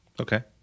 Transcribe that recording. Okay